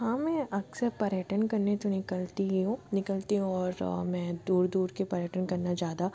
हाँ मैं अक्सर पर्यटन करने तो निकलती ही हूँ निकलती हूँ और मैं दूर दूर के पर्यटन करना ज़्यादा